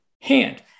hand